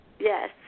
Yes